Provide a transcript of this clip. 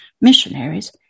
missionaries